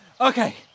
Okay